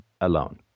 alone